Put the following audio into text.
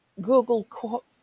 Google